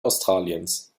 australiens